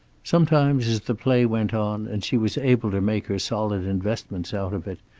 sometimes, as the play went on, and she was able to make her solid investments out of it,